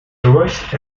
lurch